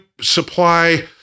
supply